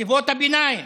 בחטיבות הביניים,